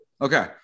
Okay